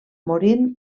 morint